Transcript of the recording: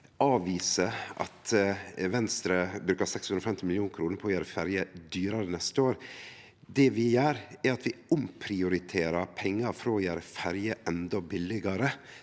avvise at Venstre bruker 650 mill. kr på å gjere ferje dyrare neste år. Det vi gjer, er at vi omprioriterer pengar frå å gjere ferje endå billegare